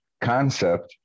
concept